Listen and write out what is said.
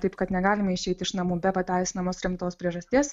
taip kad negalime išeiti iš namų be pateisinamos rimtos priežasties